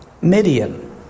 Midian